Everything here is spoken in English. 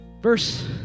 Verse